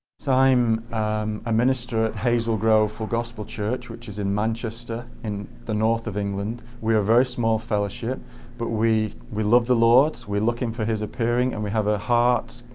so i'm a minister at hazel grove full gospel church which is in manchester in the north of england. we're a very small fellowship but we we love the lord, we're looking for his appearing and we have a heart,